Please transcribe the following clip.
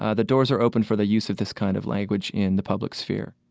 ah the doors are open for the use of this kind of language in the public sphere